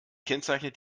kennzeichnet